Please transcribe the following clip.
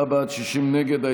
54 בעד, 60 נגד.